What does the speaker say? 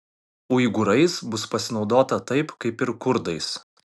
uigūrais bus pasinaudota taip kaip ir kurdais